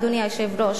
אדוני היושב-ראש,